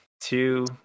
two